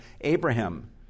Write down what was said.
Abraham